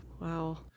Wow